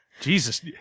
Jesus